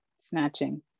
snatching